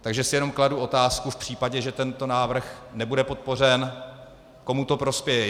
Takže si jenom kladu otázku v případě, že tento návrh nebude podpořen, komu to prospěje.